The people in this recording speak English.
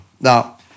Now